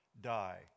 die